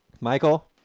michael